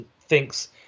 thinks